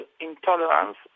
intolerance